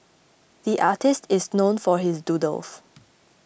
the artist is known for his doodles